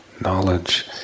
Knowledge